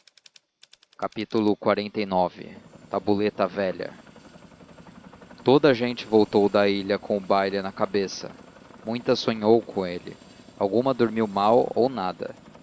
cinco palavras xlix tabuleta velha toda a gente voltou da ilha com o baile na cabeça muita sonhou com ele alguma dormiu mal ou nada